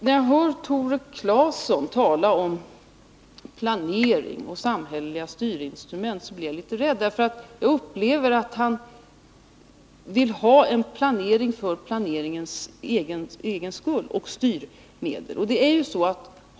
När Tore Claeson talar om planering och samhälleliga styrinstrument upplever jag det som att han vill ha en planering för planeringens egen skull.